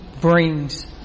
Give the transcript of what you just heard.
brings